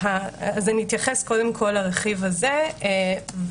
אז אני אתייחס קודם כל לרכיב הזה ומשם